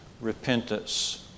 repentance